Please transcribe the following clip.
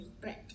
bread